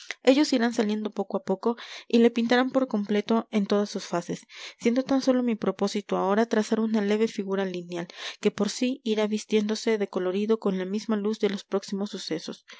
ellos irán saliendo poco a poco y le pintarán por completo en todas sus fases siendo tan sólo mi propósito ahora trazar una leve figura lineal que por sí irá vistiéndose de colorido con la misma luz de los próximos sucesos